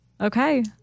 Okay